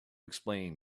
explain